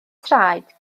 traed